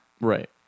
right